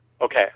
Okay